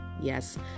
Yes